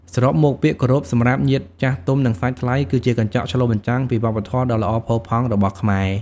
សរុបមក ពាក្យគោរពសម្រាប់ញាតិចាស់ទុំ និងសាច់ថ្លៃ គឺជាកញ្ចក់ឆ្លុះបញ្ចាំងពីវប្បធម៌ដ៏ល្អផូរផង់របស់ខ្មែរ។